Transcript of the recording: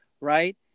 right